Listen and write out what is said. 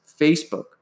Facebook